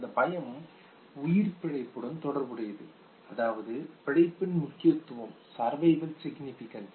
இந்தப் பயம் உயிர் பிழைப்புடன் தொடர்புடையது அதாவது பிழைப்பின் முக்கியத்துவம் சர்வைவல் சிக்னிஃபிகன்ஸ்